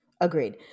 Agreed